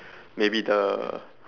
maybe the